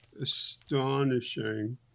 astonishing